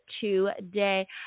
today